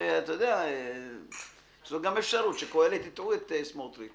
יש גם אפשרות שקהלת הטעו את סמוטריץ.